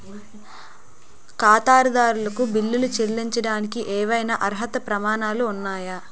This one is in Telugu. ఖాతాదారులకు బిల్లులు చెల్లించడానికి ఏవైనా అర్హత ప్రమాణాలు ఉన్నాయా?